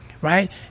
Right